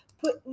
put